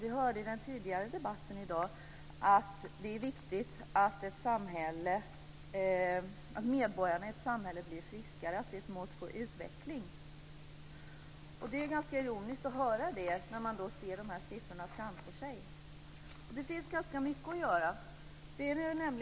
I den tidigare debatten i dag hörde vi att det är viktigt att medborgarna i ett samhälle blir friskare. Det är ett mått på utveckling. Det är ganska ironiskt att höra det när man ser dessa siffror framför sig. Det finns ganska mycket att göra.